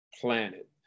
planet